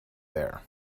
there